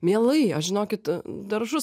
mielai aš žinokit daržus